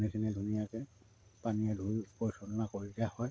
মেচিনে ধুনীয়াকৈ পানীয়ে ধুই পৰিচালনা কৰি দিয়া হয়